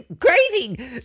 crazy